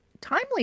timely